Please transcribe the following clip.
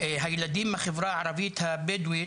הילדים בחברה הערבית הבדואית,